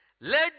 Let